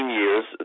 years